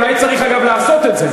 אולי צריך, אגב, לעשות את זה.